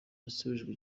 yasubijwe